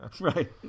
Right